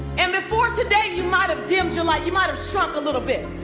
and before today, you might've dimmed your light, you might've shrunk a little bit,